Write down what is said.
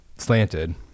slanted